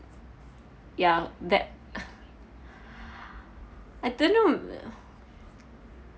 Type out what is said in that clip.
ya that I don't know